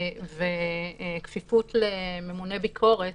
וכפיפות לממונה ביקורת,